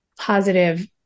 positive